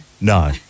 No